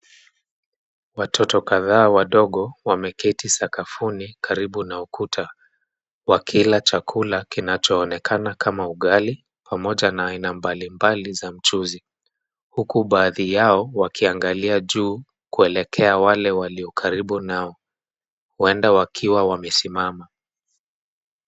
Watoto kadhaa wadogo wameketi sakafuni karibu na ukuta wakila chakula kinachoonekana kama ugali, pamoja na aina mbalimbali za mchuzi. Huku baadhi yao wakiangalia juu kuelekea wale walio karibu nao. Huenda wakiwa wamesimama.